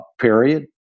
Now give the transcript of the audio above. period